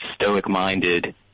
stoic-minded